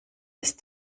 ist